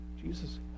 Jesus